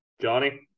Johnny